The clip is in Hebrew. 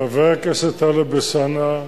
חבר הכנסת טלב אלסאנע,